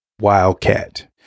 wildcat